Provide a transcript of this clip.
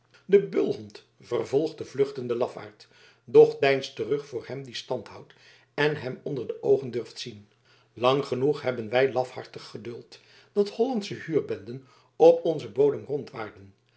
de bulhond vervolgt den vluchtenden lafaard doch deinst terug voor hem die standhoudt en hem onder de oogen durft zien lang genoeg hebben wij lafhartig geduld dat hollandsche huurbenden op onzen bodem